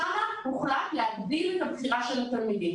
שם הוחלט להגדיל את הבחירה של התלמידים.